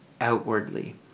outwardly